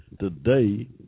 today